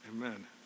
amen